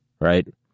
right